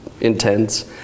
intense